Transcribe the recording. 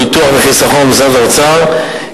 ביטוח וחיסכון במשרד האוצר,